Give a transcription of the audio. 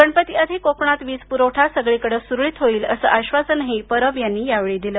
गणपती आधी कोकणात वीज पुरवठा सगळीकडे सुरळीत होईल असं आश्वासनही परब यांनी यावेळी दिलं